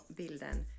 bilden